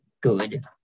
good